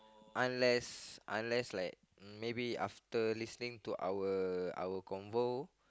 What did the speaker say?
unless unless like maybe after listening to our our convo